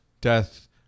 death